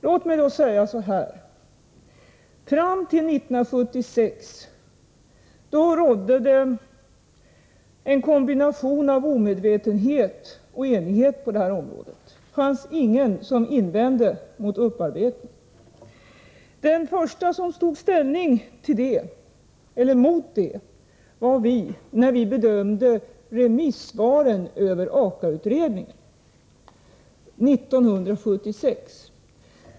Låt mig nu säga följande: Fram till 1976 rådde en kombination av omedvetenhet och enighet på det här området. Det var ingen som invände mot upparbetning. De första som tog ställning emot var vi, när vi bedömde remissvaren på AKA-utredningen 1976.